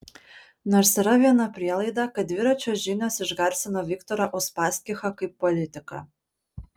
nors yra viena prielaida kad dviračio žinios išgarsino viktorą uspaskichą kaip politiką